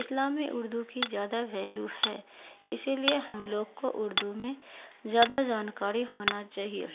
اسلام میں اردو کی زیادہ ویلیو ہے اسی لیے ہم لوگ کو اردو میں زیادہ جانکاری ہونا چاہیے